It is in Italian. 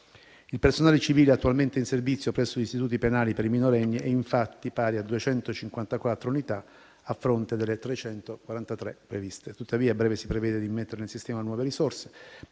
Il personale civile attualmente in servizio presso gli istituti penali per i minorenni è infatti pari a 254 unità, a fronte delle 343 previste. Tuttavia, a breve si prevede di immettere nel sistema nuove risorse.